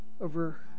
over